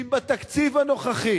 שאם בתקציב הנוכחי